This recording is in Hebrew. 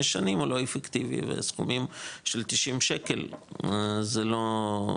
שנים הוא לא אפקטיבי וסכומים של 90 שקל זה לא,